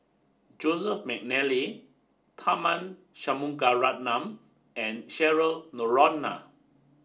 Joseph Mcnally Tharman Shanmugaratnam and Cheryl Noronha